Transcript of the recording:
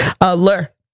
alert